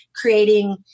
creating